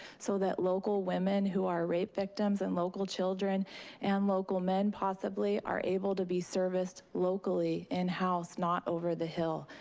so that local women who are rape victims, and local children and local men possibly are able to be serviced locally in house, not over the hill.